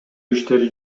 иштери